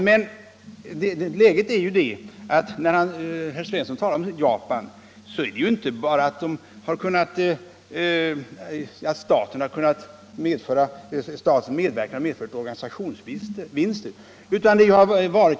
När herr Svensson talar om förhållandena i Japan så är det inte bara den förklaringen att staten kunnat medverka till organisationsvinster.